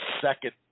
second